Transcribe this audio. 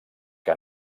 que